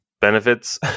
benefits